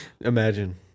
Imagine